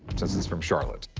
since it's from charlotte.